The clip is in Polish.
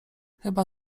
chyba